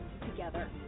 Together